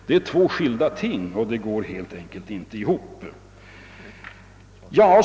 Det är två helt skilda ting, som helt enkelt inte går ihop.